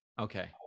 Okay